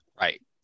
Right